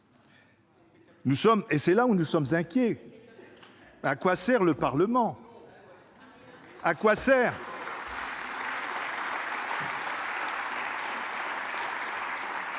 ! C'est là que nous sommes inquiets : à quoi sert le Parlement ? À quoi sert